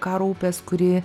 karo upės kuri